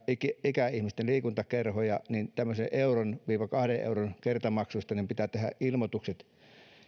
ikäihmisten liikuntakerhoja niin tämmöisistä yhden viiva kahden euron kertamaksuista pitää tehdä ilmoitukset